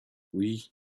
oui